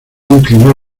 inclinó